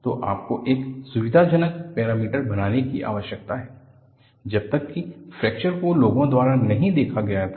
तो आपको एक सुविधाजनक पैरामीटर बनाने की आवश्यकता है जब तक कि फ्रैक्चर को लोगों द्वारा नहीं देखा गया था